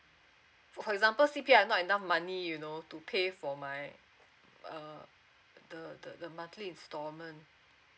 for example C_P_F has not enough money you know to pay for my uh the the monthly installment